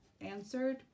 answered